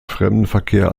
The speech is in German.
fremdenverkehr